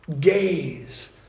Gaze